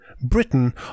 Britain